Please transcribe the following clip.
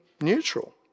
neutral